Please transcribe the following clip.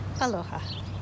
Aloha